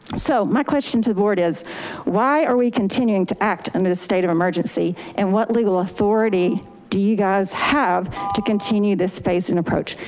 so my question to the board is why are we continuing to act under the state of emergency and what legal authority do you guys have to continue this phase in approach?